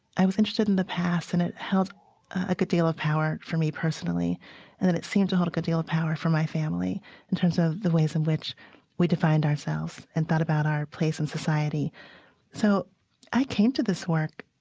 i was interested in the past and it held a good deal of power for me personally and that it seemed to hold a good deal of power for my family in terms of the ways in which we defined ourselves and thought about our place in society so i came to this work